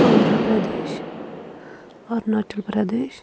آندھرا پرٛدیش اروٗناچل پرٛدیش